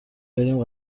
بریم